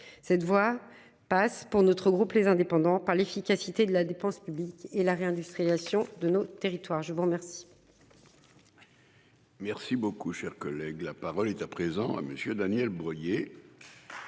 cette voie passe pour notre groupe les indépendants par l'efficacité de la dépense publique et la réindustrialisation de nos territoires. Je vous remercie.